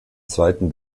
zweiten